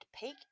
peak